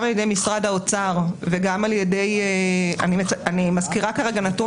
גם על ידי משרד האוצר וגם על ידי אני מזכירה נתון